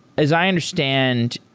as i understand,